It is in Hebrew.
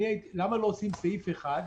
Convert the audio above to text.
למה לא עושים סעיף אחד,